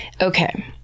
Okay